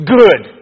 good